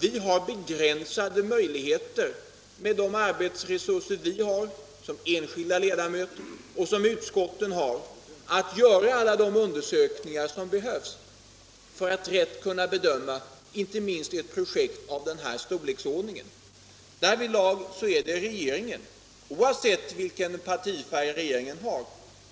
Vi har begränsade möjligheter, med de arbetsresurser som står till förfogande för oss enskilda ledamöter och för utskotten, att göra alla de undersökningar som behövs för att rätt kunna bedöma inte minst ett projekt av den här storleksordningen. Därvidlag är det regeringen, oavsett partifärg,